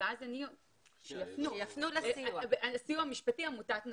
הסיוע המשפטי, עמותת נדן,